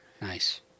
Nice